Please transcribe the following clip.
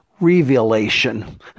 revelation